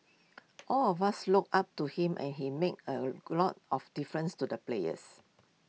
all of us looked up to him and he made A lot of difference to the players